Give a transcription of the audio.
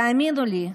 תאמינו לי,